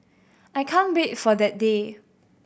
I can't wait for that day